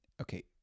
Okay